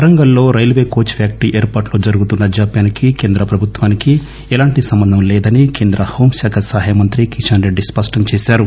వరంగల్ లో railway coach factory ఏర్పాటులో జరుగుతున్న జాప్యానికి కేంద్ర ప్రభుత్వానికి ఎలాంటి సంబంధం లేదని కేంద్ర హోం శాఖ సహాయ మంత్రి కిషన్ రెడ్డి స్పష్టం చేశారు